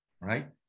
Right